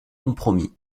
compromis